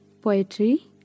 poetry